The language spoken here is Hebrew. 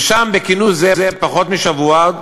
ושם, בכינוס זה, לפני פחות משבוע,